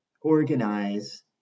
organize